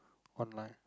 online